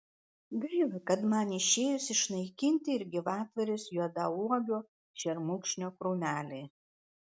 gaila kad man išėjus išnaikinti ir gyvatvorės juodauogio šermukšnio krūmeliai